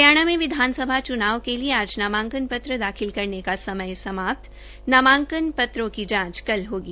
हरियाणा में विधानसभा च्नाव के लिए आज नामांकन पत्र दाखिल करने का समय समाप्त नामांकन पत्रों की जांच कल होगी